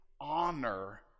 honor